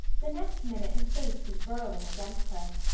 the next minute his face was burrowing against her.